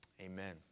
Amen